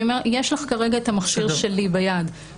יש לך כרגע את המכשיר שלי ביד,